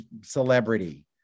celebrity